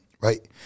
right